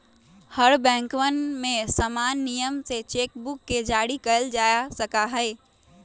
हर बैंकवन में समान नियम से चेक बुक के जारी कइल जा सका हई